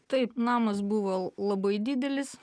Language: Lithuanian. taip namas buvo labai didelis